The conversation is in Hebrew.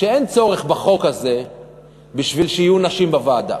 שאין צורך בחוק הזה בשביל שיהיו נשים בוועדה.